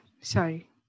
sorry